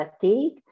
fatigue